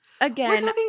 Again